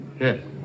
Yes